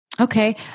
Okay